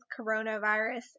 coronavirus